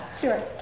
Sure